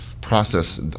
process